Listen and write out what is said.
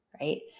right